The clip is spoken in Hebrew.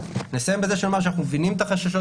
נסיים בזה שנאמר שאנחנו מבינים את החששות